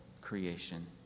creation